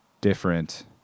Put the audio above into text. different